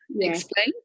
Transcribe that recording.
Explain